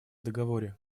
договоре